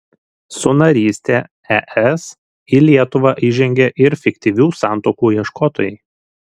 su naryste es į lietuvą įžengė ir fiktyvių santuokų ieškotojai